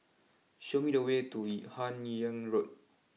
show me the way to Hun Yeang Road